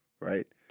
Right